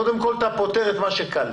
קודם כול, אתה פותר את מה שקל.